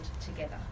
together